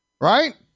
Right